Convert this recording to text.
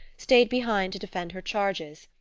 stayed behind to defend her charges,